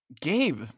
Gabe